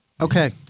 Okay